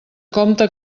compte